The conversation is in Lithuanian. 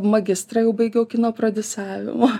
magistrą jau baigiau kino prodiusavimo